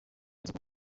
neza